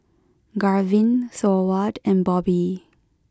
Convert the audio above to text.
Garvin Thorwald and Bobby